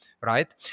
right